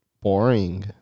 boring